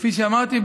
כפי שאמרתי,